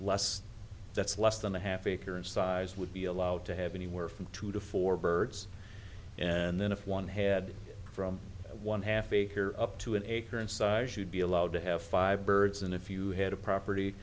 less that's less than a half acre in size would be allowed to have anywhere from two to four birds and then if one had from one half acre up to an acre in size you'd be allowed to have five birds and if you had a property